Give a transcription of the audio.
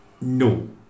No